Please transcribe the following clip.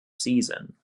season